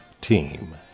team